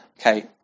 okay